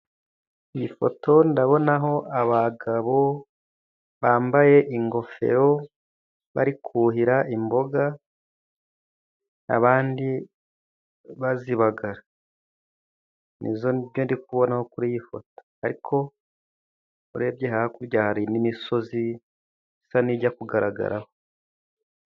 Iyi foto ndabona aho abagabo bambaye ingofero bari kuhira imboga, abandi bazibagara nizo ndi kubona kuri iyi foto ariko urebye hakurya hari n'imisozi isa n'ijya kugaragaraho.